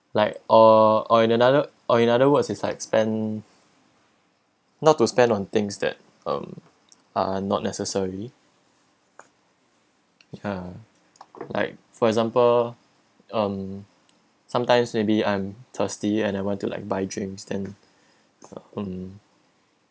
like or or in another or in other words it's like spend not to spend on things that um uh not necessary ya like for example um sometimes maybe I'm thirsty and I want to like buy drinks then um